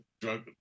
drug